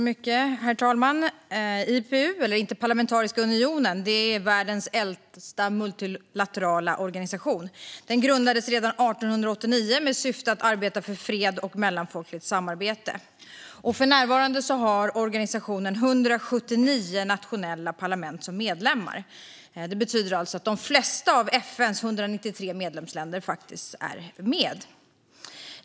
Herr talman! IPU, Interparlamentariska unionen, är världens äldsta multilaterala organisation. Den grundades redan 1889 med syfte att arbeta för fred och mellanfolkligt samarbete. För närvarande har organisationen 179 nationella parlament som medlemmar. Det betyder att de flesta av FN:s 193 medlemsländer är med.